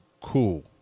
cool